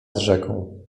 rzeką